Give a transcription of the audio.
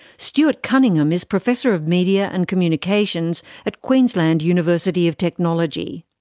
stuart cunningham is professor of media and communications at queensland university of technology.